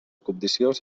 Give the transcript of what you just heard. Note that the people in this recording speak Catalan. cobdiciós